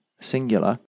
singular